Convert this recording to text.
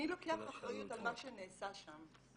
מי לוקח אחריות על מה שנעשה שם?